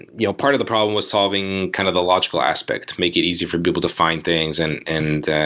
and you know part of the problem was solving kind of the logical aspect to make it easy for people to find things and and